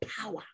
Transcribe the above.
power